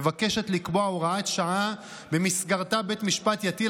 מבקשת לקבוע הוראת שעה שבמסגרתה בית המשפט יטיל